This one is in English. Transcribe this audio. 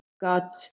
got